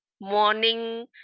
morning